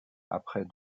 après